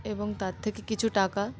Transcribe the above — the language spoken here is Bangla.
এবং তার থেকে কিছু টাকা